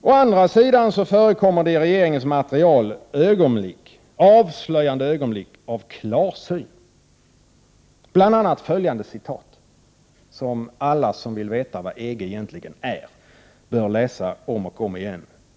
Å andra sidan förekommer avslöjande passusar av klarsyn i regeringens material, som alla som vill veta vad EG egentligen är bör läsa om och om igen.